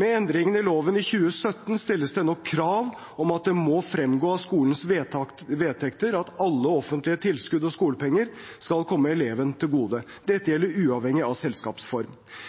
Med endringene i loven i 2017 stilles det nå krav om at det må fremgå av skolens vedtekter at alle offentlige tilskudd og skolepenger skal komme elevene til gode. Dette gjelder uavhengig av selskapsform.